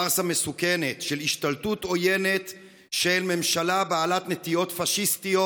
פארסה מסוכנת של השתלטות עוינת של ממשלה בעלת נטיות פשיסטיות,